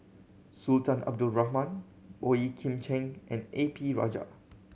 Sultan Abdul Rahman Boey Kim Cheng and A P Rajah